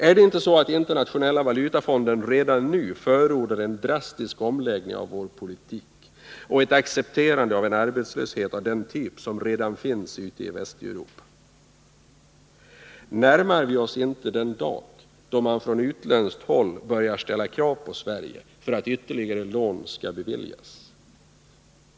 Är det inte så att Internationella valutafonden redan nu förordar en drastisk omläggning av vår politik och ett accepterande av en arbetslöshet av den typ som redan finns ute i Västeuropa? Närmar vi oss inte den dag då man från utländskt håll börjar ställa krav på Sverige för att ytterligare lån skall beviljas?